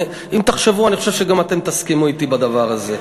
אם תחשבו, אני חושב שגם אתם תסכימו אתי בדבר הזה.